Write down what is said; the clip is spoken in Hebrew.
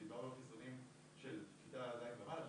דיברנו על חיסונים של כיתה ז' ומעלה,